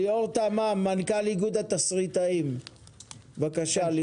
ליאור תמאם, מנכ"ל איגוד התסריטאים, בבקשה.